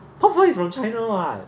泡饭 is from china [what]